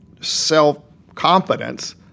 self-confidence